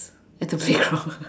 at the playground